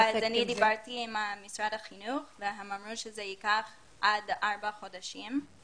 אני דיברתי עם משרד החינוך והם אמרו שזה יארך עד ארבעה חודשים.